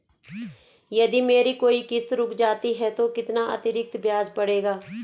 यदि मेरी कोई किश्त रुक जाती है तो कितना अतरिक्त ब्याज पड़ेगा?